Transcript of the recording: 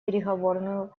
переговорную